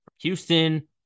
Houston